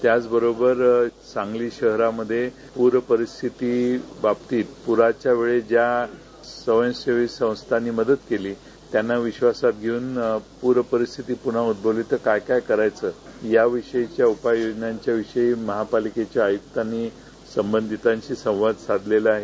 त्याचबरोबर सांगली शहरामध्ये पूर परिस्थिती बाबतीत पुराच्यावेळी ज्या स्वयंसेवी संस्थांनी मदत केली त्यांना विश्वासात घेऊन अशी परिस्थिती पुन्हा उद्भवली तर काय काय करायचं याविषयी महापालिकाआयुक्तांनी संबंधितांशी संवाद साधलेला आहे